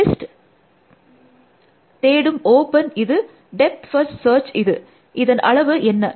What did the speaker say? list தேடும் open இது depth first search இது அதன் அளவு என்ன